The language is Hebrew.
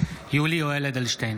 יולי יואל אדלשטיין,